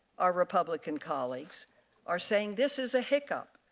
our republican colleagues are saying this is a hick up.